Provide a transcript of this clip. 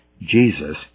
Jesus